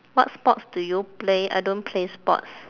what sports do you play I don't play sports